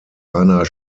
einer